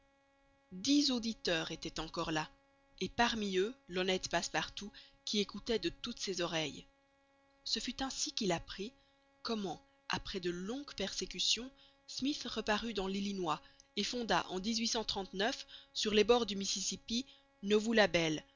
dix auditeurs étaient encore là et parmi eux l'honnête passepartout qui écoutait de toutes ses oreilles ce fut ainsi qu'il apprit comment après de longues persécutions smyth reparut dans l'illinois et fonda en sur les bords du mississippi nauvoo la belle dont la